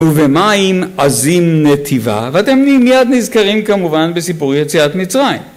״ובמים עזים נתיבה״… ואתם מיד נזכרים כמובן בסיפור יציאת מצרים